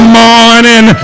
morning